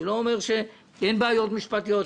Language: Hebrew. אני לא אומר שאין בעיות משפטיות.